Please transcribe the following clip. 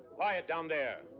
quiet, down there!